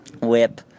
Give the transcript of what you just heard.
Whip